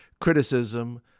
criticism